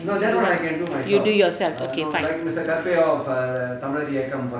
you do yourself okay fine